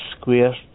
Square